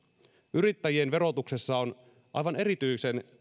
yrittäjien verotuksessa on aivan erityisen